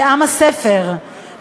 כעם הספר,